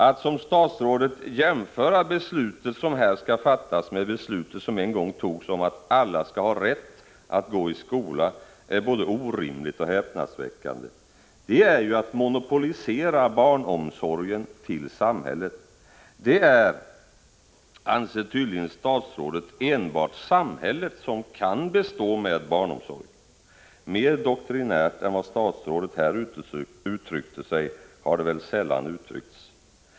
Att som statsrådet jämföra det beslut som skall fattas här med det beslut som en gång fattades om att alla skall ha rätt att gå i skola är både orimligt och häpnadsväckande. Det är ju att monopolisera barnomsorgen till samhället. Det är, anser tydligen statsrådet, enbart samhället som kan bestå med barnomsorg. Mer doktrinärt än vad statsrådet uttryckte sig har det väl sällan uttryckts.